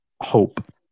hope